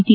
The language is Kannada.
ಟಿ